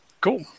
Cool